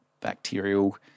bacterial